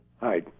Hi